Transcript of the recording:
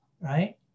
Right